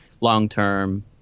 long-term